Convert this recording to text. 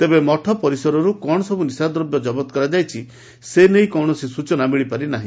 ତେବେ ମଠ ପରିସରରୁ କଅଶ ସବୁ ନିଶା ଦ୍ରବ୍ୟ ଜବତ କରାଯାଇଛି ସେନେଇ କୌଣସି ସୂଚନା ମିଳିପାରି ନାହି